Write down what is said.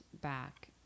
back